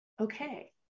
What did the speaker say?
Okay